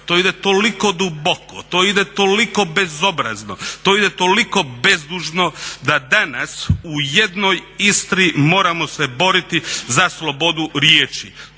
to ide toliko duboko, to ide toliko bezobrazno, to ide toliko bezdužno da danas u jednoj Istri moramo se boriti za slobodu riječi.